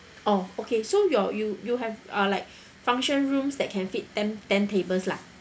orh okay so you're you you have uh like function rooms that can fit tem~ ten tables lah